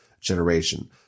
generation